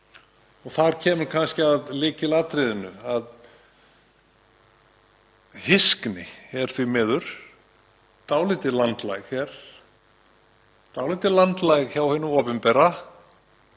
og þar kemur kannski að lykilatriðinu, að hyskni er því miður dálítið landlæg hér og dálítið landlæg hjá hinu opinbera,